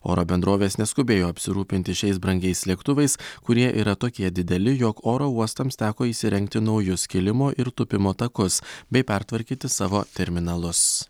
oro bendrovės neskubėjo apsirūpinti šiais brangiais lėktuvais kurie yra tokie dideli jog oro uostams teko įsirengti naujus kilimo ir tūpimo takus bei pertvarkyti savo terminalus